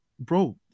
Bro